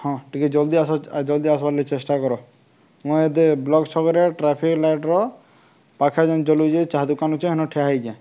ହଁ ଟିକେ ଜଲ୍ଦି ଆସ ଜଲ୍ଦି ଆସବାର୍ ଲାଗି ଚେଷ୍ଟା କର ମୁଁ ଏବେ ବ୍ଲକ୍ ଛକରେ ଟ୍ରାଫିକ୍ ଲାଇଟ୍ର ପାଖ ଯେନ୍ ଜଲୁଛି ଚାହା ଦୁକାନେ ଅଛେ ହେନ ଠଆ ହେଇଁଛେ